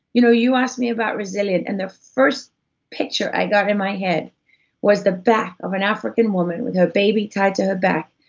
you know you asked me about resilient, and the first picture i got in my head was the back of an african woman with her baby tied to her back,